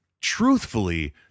truthfully